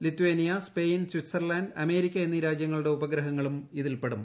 Lithuania Spain Switzerland America എന്നീ രാജ്യങ്ങളുടെ ഉപഗ്രഹങ്ങളും ഇതിൽപ്പെടും